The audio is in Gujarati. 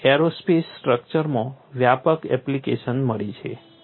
આને એરોસ્પેસ સ્ટ્રક્ચર્સમાં વ્યાપક એપ્લિકેશન મળી છે